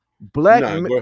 Black